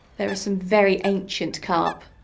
there are some very ancient carp.